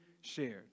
shared